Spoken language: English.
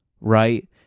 right